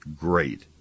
great